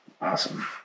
awesome